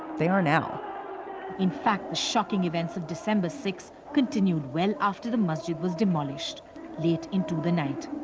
they are now in fact, the shocking events of december six continued when after the masjid was demolished late into the night,